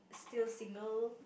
still single